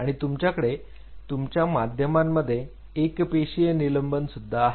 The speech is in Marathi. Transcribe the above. आणि तुमच्याकडे तुमच्या माध्यमांमध्ये एकपेशीय निलंबन सुद्धा आहे